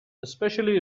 especially